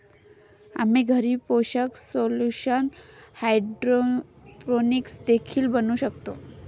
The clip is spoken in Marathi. आम्ही घरी पोषक सोल्यूशन हायड्रोपोनिक्स देखील बनवू शकतो